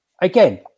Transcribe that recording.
Again